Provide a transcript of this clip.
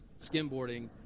skimboarding